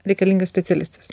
reikalingas specialistas